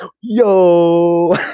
yo